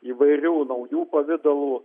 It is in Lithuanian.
įvairių naujų pavidalų